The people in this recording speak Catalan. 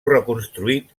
reconstruït